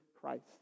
Christ